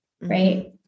Right